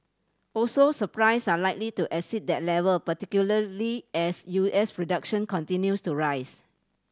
also supplies are likely to exceed that level particularly as U S production continues to rise